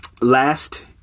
last